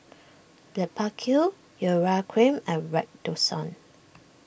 Blephagel Urea Cream and Redoxon